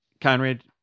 Conrad